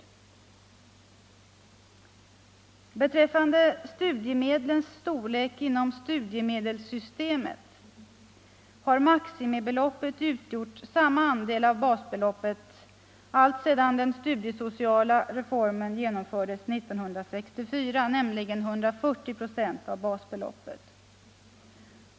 39 Vad beträffar studiemedlens storlek inom studiemedelssystemet har maximibeloppet utgjort samma andel av basbeloppet alltsedan den studiesociala reformen genomfördes 1964, nämligen 140 96 av basbeloppet.